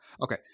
Okay